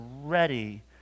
ready